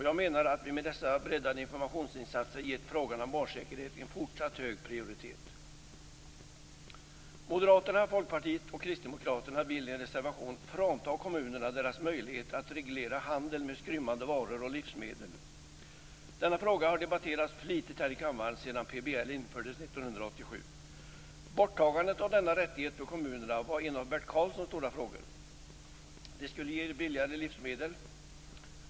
Jag menar att vi med dessa breddade informationsinsatser gett frågan om barnsäkerhet en fortsatt hög prioritet. Moderaterna, Folkpartiet och Kristdemokraterna vill i en reservation frånta kommunerna deras möjlighet att reglera handeln med skrymmande varor och livsmedel. Denna fråga har debatterats flitigt här i kammaren sedan PBL infördes 1987. Borttagandet av denna rättighet för kommunerna var en av Bert Karlssons stora frågor. Det skulle ge billigare livsmedel.